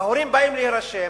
ההורים באים להירשם,